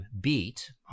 beat